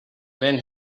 when